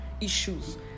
issues